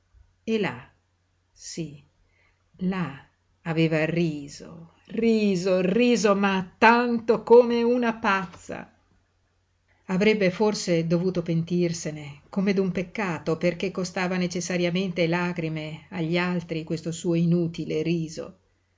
e là sí là aveva riso riso riso ma tanto come una pazza avrebbe forse dovuto pentirsene come d'un peccato perché costava necessariamente lagrime agli altri questo suo inutile riso